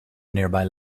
nearby